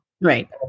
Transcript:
Right